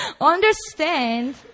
understand